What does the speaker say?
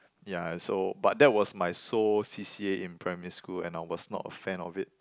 ya and so but that was my sole c_c_a in primary school and I was not a fan of it